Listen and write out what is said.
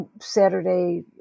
Saturday